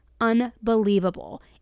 unbelievable